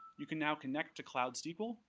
you can now connect to cloud sql,